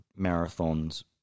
marathons